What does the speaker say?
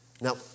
Now